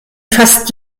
fast